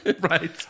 Right